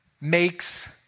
makes